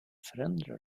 förändrar